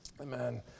Amen